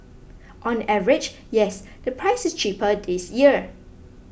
on average yes the price is cheaper this year